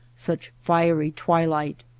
such fiery twilight.